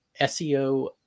SEO